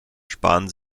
sparen